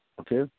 okay